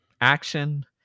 action